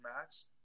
max